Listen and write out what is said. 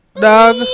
Dog